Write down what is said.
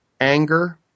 anger